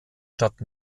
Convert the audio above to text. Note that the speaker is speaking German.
stadt